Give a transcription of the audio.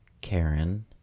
karen